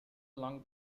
along